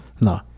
no